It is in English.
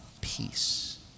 Peace